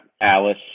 Alice